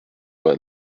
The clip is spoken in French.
vingt